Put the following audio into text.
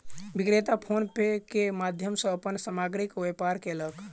विक्रेता PhonePe के माध्यम सॅ अपन सामग्रीक व्यापार कयलक